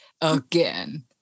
again